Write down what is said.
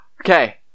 okay